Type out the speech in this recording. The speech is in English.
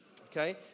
Okay